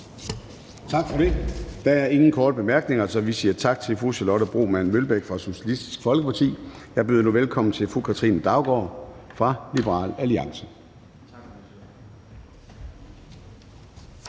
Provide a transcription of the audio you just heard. Tak for det. Der er ingen korte bemærkninger, så vi siger tak til fru Charlotte Broman Mølbæk fra Socialistisk Folkeparti. Jeg byder nu velkommen til fru Katrine Daugaard fra Liberal Alliance.